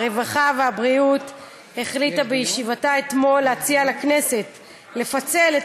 הרווחה והבריאות החליטה בישיבתה אתמול להציע לכנסת לפצל את